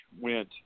went